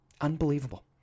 Unbelievable